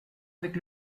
avec